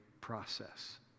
process